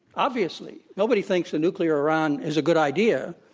obviously. nobody thinks a nuclear iran is a good idea.